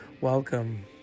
Welcome